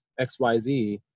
XYZ